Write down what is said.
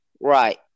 Right